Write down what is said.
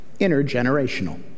intergenerational